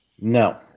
No